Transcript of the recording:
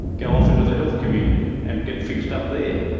go off into the health community and get fixed up there'?